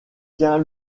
tient